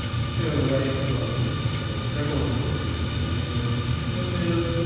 go right above this port. right below this port here. we'll make a new twilio